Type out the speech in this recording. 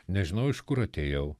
nežinau iš kur atėjau